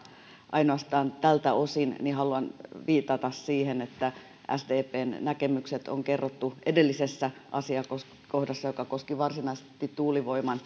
ainoastaan tältä osin niin haluan viitata siihen että sdpn näkemykset on kerrottu edellisessä asiakohdassa joka koski varsinaisesti tuulivoiman